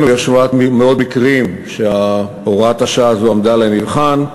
יש מעט מאוד מקרים שהוראת השעה הזאת עמדה למבחן,